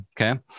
Okay